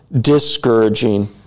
discouraging